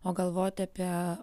o galvoti apie